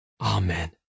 Amen